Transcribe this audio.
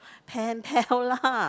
pen pal lah